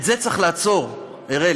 את זה צריך לעצור, אראל.